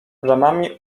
bramami